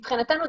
מבחינתנו,